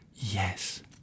Yes